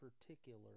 particular